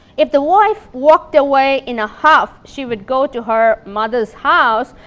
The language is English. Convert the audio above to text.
if the wife walked away in a huff, she would go to her mother's house,